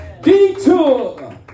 Detour